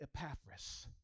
Epaphras